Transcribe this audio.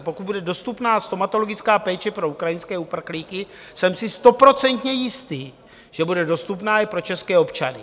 Pokud bude dostupná stomatologická péče pro ukrajinské uprchlíky, jsem si stoprocentně jistý, že bude dostupná i pro české občany.